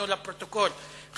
תוך סיכון בריאותם של